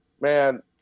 man